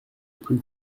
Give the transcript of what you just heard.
plus